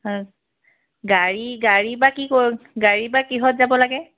হয় গাড়ী গাড়ী বা কি কৰ গাড়ী বা কিহঁত যাব লাগে